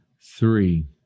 three